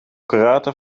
karate